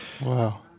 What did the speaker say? Wow